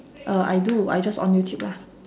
er I do I just on youtube lah